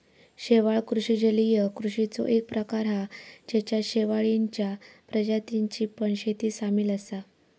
शेवाळ कृषि जलीय कृषिचो एक प्रकार हा जेच्यात शेवाळींच्या प्रजातींची पण शेती सामील असा